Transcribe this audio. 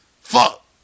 fuck